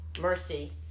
mercy